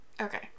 Okay